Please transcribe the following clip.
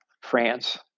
France